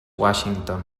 washington